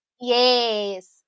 Yes